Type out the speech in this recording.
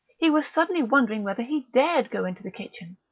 he was suddenly wondering whether he dared go into the kitchen.